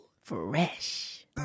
Fresh